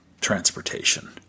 transportation